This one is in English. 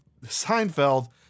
Seinfeld